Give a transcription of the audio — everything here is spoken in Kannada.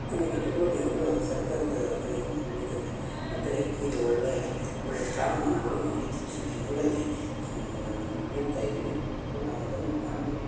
ಅನೇಕ ಚಟುವಟಿಕೆಗಳು ಸರ್ಕಾರದ ಕಡೆಯಿಂದ ನಡೀತದೆ ಮತ್ತು ರೈತರಿಗೆ ಒಳ್ಳೆಯ ಒಳ್ಳೆ ಸ್ಥಾನಮಾನಗಳನ್ನು ಇತ್ತೀಚಿನ ದಿನಗಳಲ್ಲಿ ನೀಡ್ತಾ ಇದ್ದೀವಿ ಮತ್ತು ನಾವು ಅದನ್ನು ಕಾಣ್ಬೋದು